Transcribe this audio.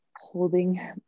holding